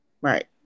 Right